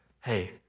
Hey